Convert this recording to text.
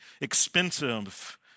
expensive